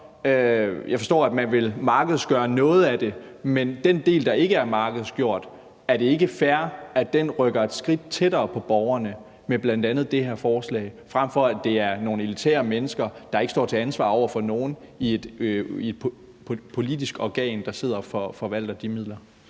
Jeg forstår, at man vil markedsgøre noget af det, men er det ikke fair, at den del, der ikke er markedsgjort, rykker et skridt tættere på borgerne, bl.a. med det her forslag, frem for at det er nogle elitære mennesker, som ikke står til ansvar over for nogen i et politisk organ, der sidder og forvalter de midler?